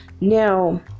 Now